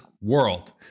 world